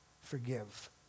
Forgive